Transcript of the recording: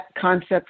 concept